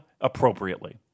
appropriately